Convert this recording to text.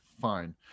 fine